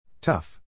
Tough